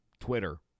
Twitter